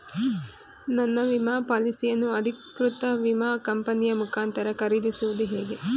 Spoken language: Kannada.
ನನ್ನ ವಿಮಾ ಪಾಲಿಸಿಯನ್ನು ಅಧಿಕೃತ ವಿಮಾ ಕಂಪನಿಯ ಮುಖಾಂತರ ಖರೀದಿಸುವುದು ಹೇಗೆ?